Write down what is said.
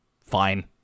fine